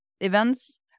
events